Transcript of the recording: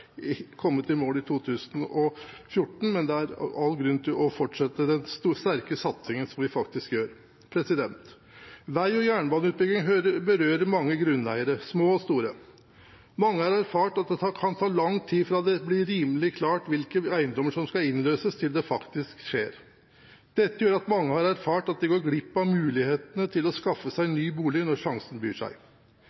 ikke alle prosjekter har kommet i mål i 2014, men det er all grunn til å fortsette den sterke satsingen som vi faktisk gjør. Vei- og jernbaneutbygging berører mange grunneiere – små og store. Mange har erfart at det kan ta lang tid fra det blir rimelig klart hvilke eiendommer som skal innløses, til det faktisk skjer. Dette gjør at mange har erfart at de går glipp av mulighetene til å skaffe seg